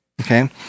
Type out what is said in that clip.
Okay